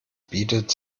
bietet